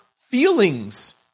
feelings